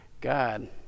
God